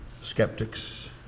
skeptics